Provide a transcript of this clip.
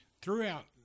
Throughout